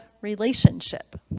relationship